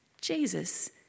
Jesus